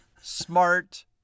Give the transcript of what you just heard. Smart